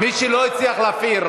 חמד, רק מי שלא הצליח להפעיל.